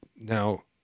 now